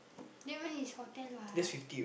that one is hotel what